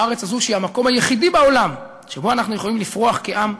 הארץ הזאת שהיא המקום היחידי בעולם שבו אנחנו יכולים לפרוח כעם,